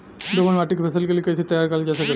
दोमट माटी के फसल के लिए कैसे तैयार करल जा सकेला?